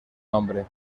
nombre